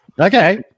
Okay